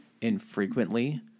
infrequently